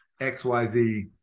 XYZ